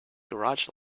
garage